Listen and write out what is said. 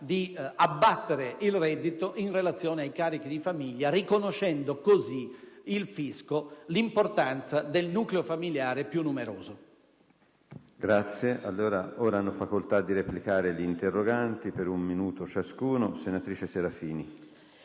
di abbattere il reddito in relazione ai carichi di famiglia, riconoscendo così il fisco l'importanza del nucleo familiare più numeroso.